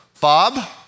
Bob